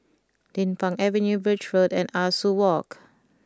Din Pang Avenue Birch Road and Ah Soo Walk